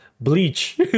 Bleach